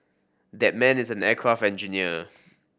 that man is an aircraft engineer